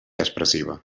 expressiva